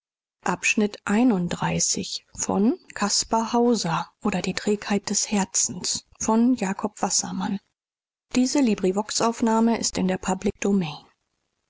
die trägheit des herzens